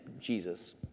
Jesus